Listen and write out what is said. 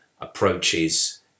approaches